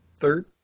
Third